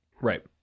Right